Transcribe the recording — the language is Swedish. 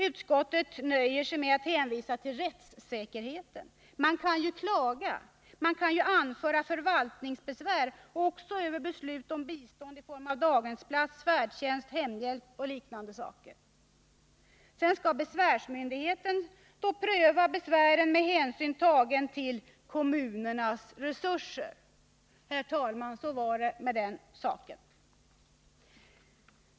Utskottet nöjer sig med att hänvisa till rättssäkerheten. Man kan ju klaga, anföra förvaltningsbesvär också över beslut om bistånd i form av daghemsplats, färdtjänst, hemhjälp och liknande saker. Sedan skall besvärsmyndigheten pröva besvären med hänsyn tagen till kommunernas resurser. Herr talman! Så var det med den saken.